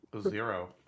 Zero